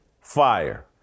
fire